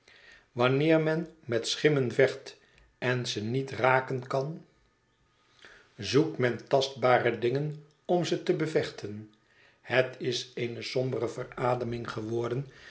wanneer men met schimmen vecht en ze niet raken kan zoekt men tastbare dingen om te bevechten het is eene sombere verademing geworden